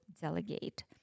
delegate